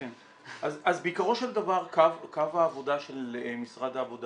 אז בעיקרו של דבר קו העבודה של משרד העבודה